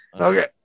Okay